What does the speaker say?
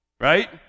Right